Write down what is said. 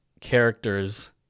characters